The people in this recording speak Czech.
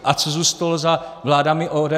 A co zůstalo za vládami ODS?